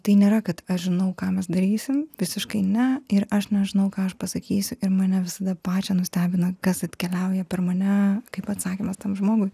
tai nėra kad aš žinau ką mes darysim visiškai ne ir aš nežinau ką aš pasakysiu ir mane visada pačią nustebina kas atkeliauja per mane kaip atsakymas tam žmogui